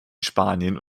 spanien